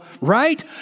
right